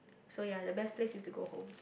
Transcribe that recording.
so ya the best place is to go home